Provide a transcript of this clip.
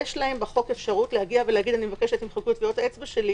יש להם בחוק אפשרות להגיע ולומר: אני מבקש שתמחקו את טביעות האצבע שלי